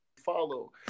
follow